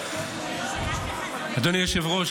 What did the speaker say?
אדוני היושב-ראש,